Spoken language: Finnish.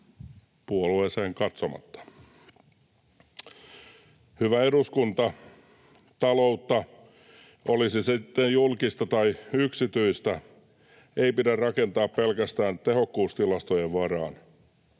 puolueeseen katsomatta. Hyvä eduskunta, taloutta, oli se sitten julkista tai yksityistä, ei pidä rakentaa pelkästään tehokkuustilastojen varaan.